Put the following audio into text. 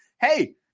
hey